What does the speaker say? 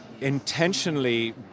intentionally